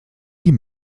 die